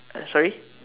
uh sorry